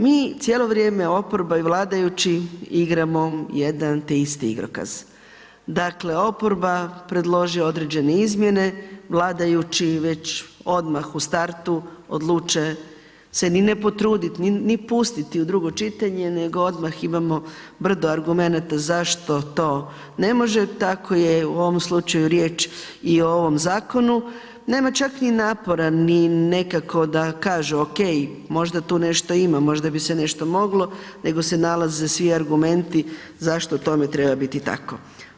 Mi cijelo vrijeme, oporba i vladajući igramo jedan te isti igrokaz, dakle oporba predloži određene izmjene, vladajući već odmah u startu odluče se ni ne potrudit, ni pustiti u drugo čitanje nego odmah imamo brdo argumenata zašto to ne može, tako je u ovom slučaju riječ i o ovom zakonu, nema čak ni napora ni nekako da kažu ok, možda tu nešto ima, možda bi se nešto moglo nego se nalaze svi argumenti zašto tome treba biti tako.